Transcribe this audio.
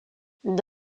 une